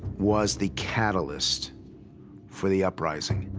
was the catalyst for the uprising.